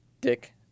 Dick